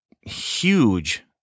huge